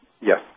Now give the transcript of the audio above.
yes